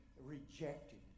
rejected